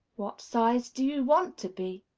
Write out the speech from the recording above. what size do you want to be?